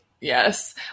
Yes